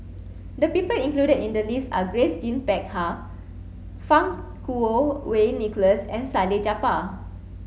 the people included in the list are Grace Yin Peck Ha Fang Kuo Wei Nicholas and Salleh Japar